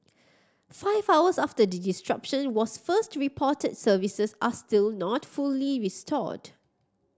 five hours after the disruption was first reported services are still not fully restored